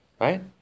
Right